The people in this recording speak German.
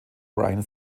ryan